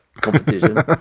competition